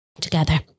Together